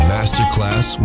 Masterclass